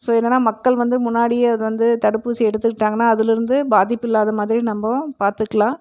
so என்னன்னா மக்கள் வந்து முன்னாடியே அது வந்து தடுப்பூசி எடுத்துக்கிட்டாங்கன்னா அதுலயிருந்து பாதிப்பு இல்லாத மாதிரி நம்ப பார்த்துக்கலாம்